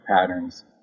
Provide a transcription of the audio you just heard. patterns